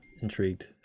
intrigued